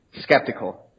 skeptical